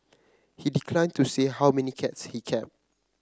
he declined to say how many cats he kept